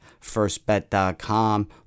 Firstbet.com